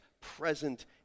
present